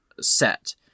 set